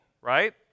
right